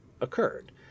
occurred